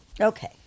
Okay